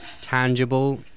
tangible